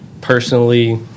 personally